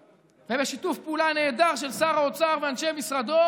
ובשיתוף פעולה נהדר של שר האוצר ואנשי משרדו,